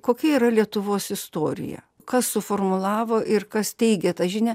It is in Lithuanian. kokia yra lietuvos istorija kas suformulavo ir kas teigia tą žinią